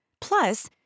Plus